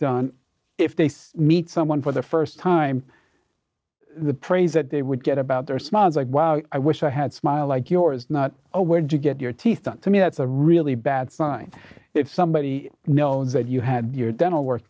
done if they meet someone for the first time the praise that they would get about their smiles like wow i wish i had smile like yours not a word to get your teeth done to me that's a really bad find if somebody know that you had your dental work